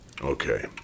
Okay